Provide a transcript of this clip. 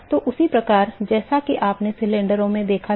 तो उसी प्रकार जैसा कि हमने सिलेंडरों में देखा था